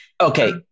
Okay